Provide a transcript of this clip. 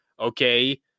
okay